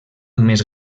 més